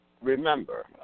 Remember